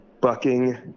bucking